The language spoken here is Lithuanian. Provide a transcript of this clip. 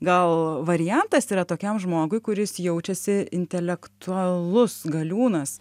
gal variantas yra tokiam žmogui kuris jaučiasi intelektualus galiūnas